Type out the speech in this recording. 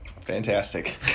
Fantastic